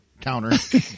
counter